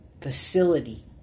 facility